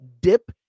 dip